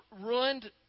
Ruined